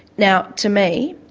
now to me.